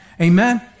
Amen